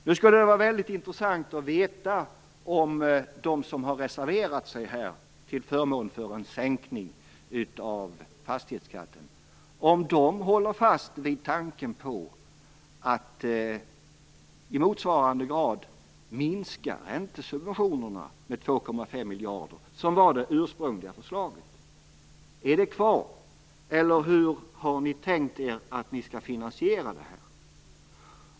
Nu skulle det vara väldigt intressant att veta om de som reserverat sig till förmån för en sänkning av fastighetsskatten håller fast vid tanken på att i motsvarade grad minska räntesubventionerna med 2,5 miljarder, vilket var det ursprungliga förslaget. Är den tanken kvar, eller hur har ni tänkt er att ni skall finansiera det här?